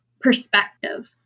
perspective